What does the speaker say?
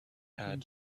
trying